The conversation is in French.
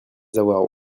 avoir